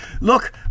Look